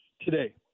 today